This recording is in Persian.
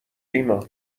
ایمان